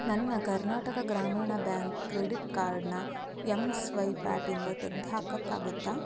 ನನ್ನ Karnataka Grameena bank credit ಕಾರ್ಡ್ನ M swipe ಆ್ಯಪಿಂದ ತೆಗ್ದು ಹಾಕೋಕ್ಕಾಗುತ್ತ